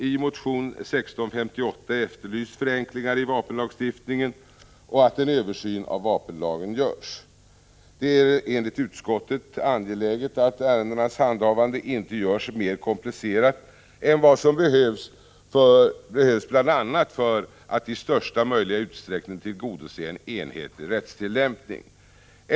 I motion 1658 efterlyses förenklingar i vapenlagstiftningen och att en översyn av vapenlagen görs. Det är enligt utskottet angeläget att ärendenas handhavande inte görs mer komplicerat än vad som behövs bl.a. för att i största möjliga utsträckning tillgodose en enhetlig rättstillämpning.